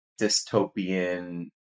dystopian